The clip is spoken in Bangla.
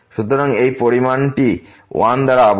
সুতরাং এই পরিমাণটি 1 দ্বারা আবদ্ধ